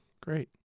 great